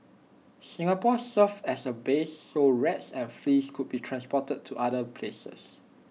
Singapore served as A base so rats and fleas could be transported to other places